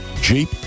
Jeep